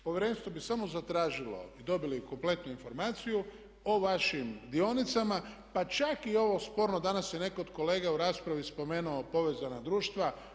Povjerenstvo bi samo zatražilo i dobili bi kompletnu informaciju o vašim dionicama pa čak i ovo sporno danas, danas je netko od kolega u raspravi spomenuo povezana društva.